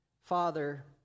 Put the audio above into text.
Father